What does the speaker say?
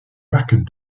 marque